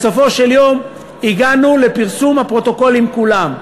בסופו של יום הגענו לפרסום הפרוטוקולים כולם.